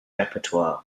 repertoire